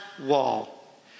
wall